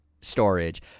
storage